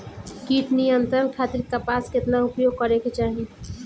कीट नियंत्रण खातिर कपास केतना उपयोग करे के चाहीं?